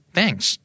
Thanks